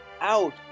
out